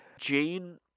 Jane